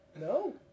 No